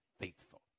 faithful